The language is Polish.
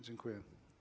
Dziękuję.